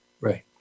Right